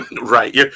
Right